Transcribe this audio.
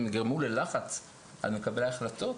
יגרמו ללחץ על מקבלי ההחלטות